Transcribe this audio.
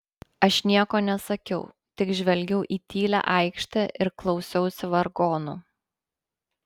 aš nieko nesakiau tik žvelgiau į tylią aikštę ir klausiausi vargonų